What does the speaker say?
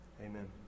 Amen